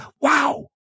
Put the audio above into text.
wow